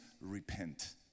repent